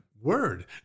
word